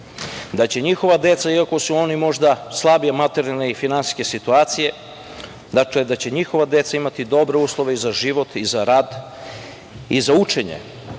da će njihova deca, iako su oni možda slabije materijalne i finansijske situacije, imati dobre uslove i za život i za rad i za učenje.